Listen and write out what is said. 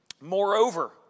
Moreover